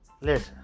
Listen